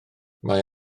mae